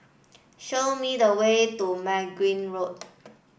show me the way to Road